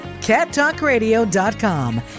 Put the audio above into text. cattalkradio.com